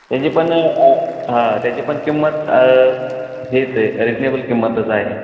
त्याची पण हां त्याची पण किंमत हे ते रिजनेबल किंमतच आहे